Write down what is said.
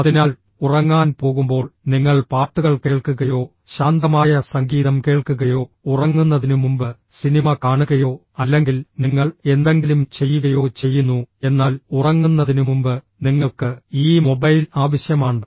അതിനാൽ ഉറങ്ങാൻ പോകുമ്പോൾ നിങ്ങൾ പാട്ടുകൾ കേൾക്കുകയോ ശാന്തമായ സംഗീതം കേൾക്കുകയോ ഉറങ്ങുന്നതിനുമുമ്പ് സിനിമ കാണുകയോ അല്ലെങ്കിൽ നിങ്ങൾ എന്തെങ്കിലും ചെയ്യുകയോ ചെയ്യുന്നു എന്നാൽ ഉറങ്ങുന്നതിനുമുമ്പ് നിങ്ങൾക്ക് ഈ മൊബൈൽ ആവശ്യമാണ്